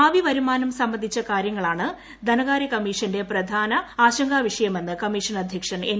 ഭാവി വരുമാനം സംബന്ധിച്ച കാര്യങ്ങളാണ് ധനകാര്യ കമ്മീഷന്റെ പ്രധാന ആശങ്കാ വിഷയമെന്ന് കമ്മീഷൻ അധ്യക്ഷൻ എൻ